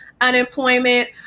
unemployment